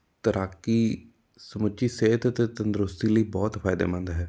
ਤੈਰਾਕੀ ਸਮੁੱਚੀ ਸਿਹਤ ਅਤੇ ਤੰਦਰੁਸਤੀ ਲਈ ਬਹੁਤ ਫਾਇਦੇਮੰਦ ਹੈ